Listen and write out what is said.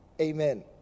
Amen